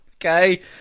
Okay